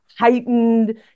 heightened